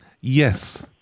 yes